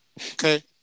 okay